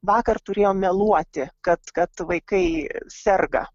vakar turėjom meluoti kad kad vaikai serga